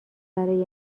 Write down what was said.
برای